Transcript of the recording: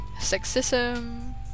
sexism